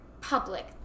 public